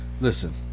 Listen